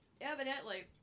evidently